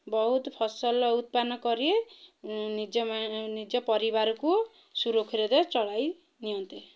ବହୁତ ଫସଲ ଉତ୍ପନ୍ନ କରି ନିଜ ନିଜ ପରିବାରକୁ ସୁରକ୍ଷିତ ଚଳାଇ ନିଅନ୍ତେ